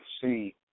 see